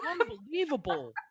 Unbelievable